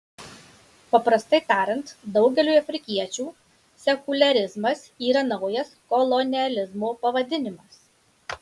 paprastai tariant daugeliui afrikiečių sekuliarizmas yra naujas kolonializmo pavadinimas